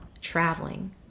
traveling